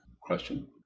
question